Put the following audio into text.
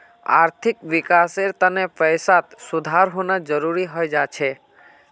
आर्थिक विकासेर तने पैसात सुधार होना जरुरी हय जा छे